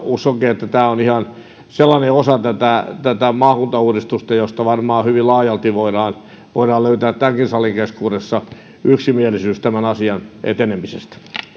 uskonkin että tämä on ihan sellainen osa tätä tätä maakuntauudistusta josta varmaan hyvin laajalti voidaan voidaan löytää tämänkin salin keskuudessa yksimielisyys tämän asian etenemisestä